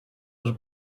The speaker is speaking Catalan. els